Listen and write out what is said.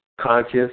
conscious